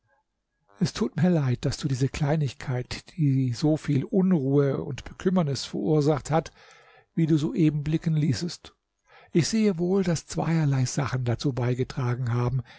es tut mir leid daß diese kleinigkeit dir so viel unruhe und bekümmernis verursacht hat wie du so eben blicken ließest ich sehe wohl daß zweierlei sachen dazu beigetragen haben